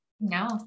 No